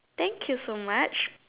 thank you so much